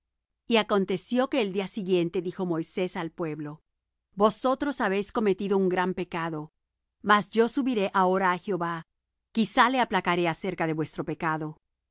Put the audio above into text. y aconteció que el día siguiente dijo moisés al pueblo vosotros habéis cometido un gran pecado mas yo subiré ahora á jehová quizá le aplacaré acerca de vuestro pecado